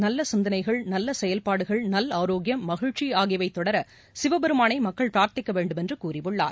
நல்ல சிந்தனைகள் நல்ல செயல்பாடுகள் நல் ஆரோக்கியம் மகிழ்ச்சி ஆகியவைத் தொடர சிவபெருமானை மக்கள் பிரார்த்திக்க வேண்டுமென்று கூறியுள்ளார்